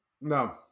No